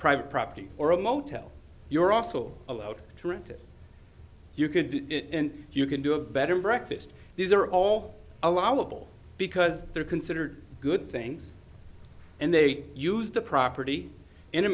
private property or a motel you're also allowed to rent it you could be and you can do a better breakfast these are all allowable because they're considered good things and they use the property in a